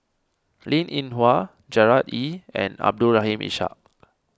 Linn in Hua Gerard Ee and Abdul Rahim Ishak